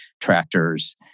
tractors